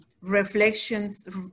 Reflections